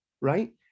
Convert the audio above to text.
right